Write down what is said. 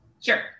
Sure